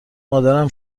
مردم